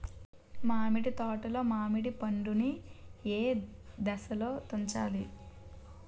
మామిడి తోటలో మామిడి పండు నీ ఏదశలో తుంచాలి?